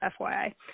FYI